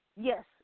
Yes